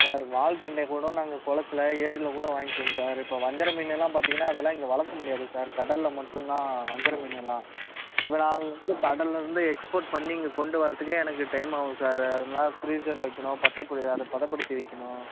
sir வால்கெண்டைய கூட நாங்கள் குளத்துல ஏரியில் கூட வாங்கிக்குவோம் சார் இப்போ வஞ்சிர மீனெல்லாம் பார்த்தீங்கன்னா அதெல்லாம் இங்கே வளர்க்க முடியாது சார் கடலில் மட்டும் தான் வஞ்சிர மீனெல்லாம் இப்போ நாங்கள் வந்து கடலில் இருந்து எக்ஸ்போர்ட் பண்ணி இங்கே கொண்டு வர்றதுக்கே எனக்கு டைம் ஆகும் சார் அதெல்லாம் ஃப்ரீசரில் வைக்கணும் பத்திரம் படி அதை பதப்படுத்தி வைக்கணும்